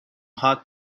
hot